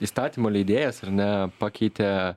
įstatymų leidėjas ar ne pakeitė